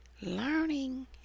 learning